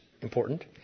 important